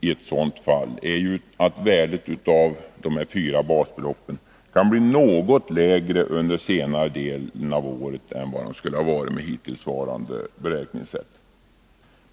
i ett sådant fall är att värdet av de fyra basbeloppen kan bli något lägre under senare delen av året än de skulle ha varit med det hittillsvarande beräkningssättet.